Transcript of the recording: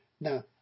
Now